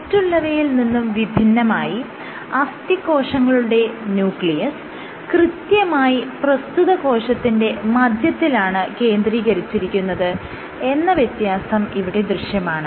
മറ്റുള്ളവയിൽ നിന്നും വിഭിന്നമായി അസ്ഥികോശങ്ങളുടെ ന്യൂക്ലിയസ് കൃത്യമായി പ്രസ്തുത കോശത്തിന്റെ മധ്യത്തിലാണ് കേന്ദ്രീകരിച്ചിരിക്കുന്നത് എന്ന വ്യത്യാസം ഇവിടെ ദൃശ്യമാണ്